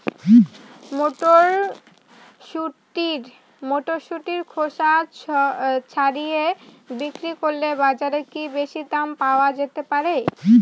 মটরশুটির খোসা ছাড়িয়ে বিক্রি করলে বাজারে কী বেশী দাম পাওয়া যেতে পারে?